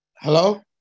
Hello